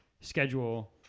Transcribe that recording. schedule